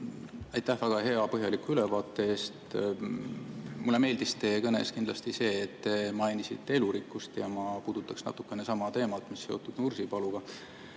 aitäh väga hea põhjaliku ülevaate eest! Mulle meeldis teie kõnes kindlasti see, et te mainisite elurikkust ja ma puudutaksin natukene sama teemat, mis seotud Nursipaluga.